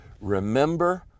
remember